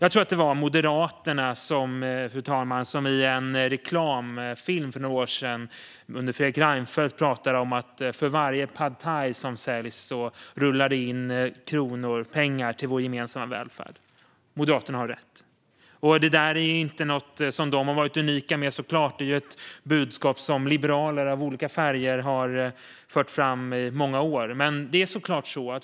Jag tror att det var Moderaterna under Fredrik Reinfeldt som i en reklamfilm för några år sedan pratade om att det för varje pad thai som säljs rullar in pengar till vår gemensamma välfärd. Moderaterna har rätt. Detta är såklart inte något som de har varit unika med - det är ett budskap som liberaler av olika färger har fört fram i många år, och det stämmer självklart.